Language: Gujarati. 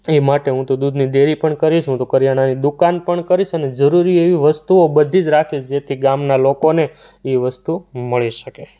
એ માટે હુ તો દૂધની ડેરી પણ કરીશ હુ તો કરિયાણાની દુકાન પણ કરીશ અને જરૂરી એવી વસ્તુઓ બધી જ રાખીશ જેથી ગામનાં લોકોને એ વસ્તુ મળી શકે